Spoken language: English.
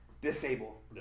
disable